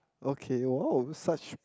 okay !wow! such